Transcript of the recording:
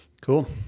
Cool